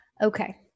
Okay